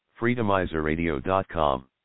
Freedomizerradio.com